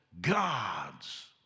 gods